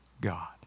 God